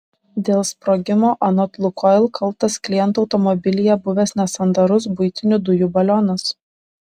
dėl sprogimo anot lukoil kaltas kliento automobilyje buvęs nesandarus buitinių dujų balionas